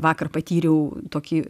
vakar patyriau tokį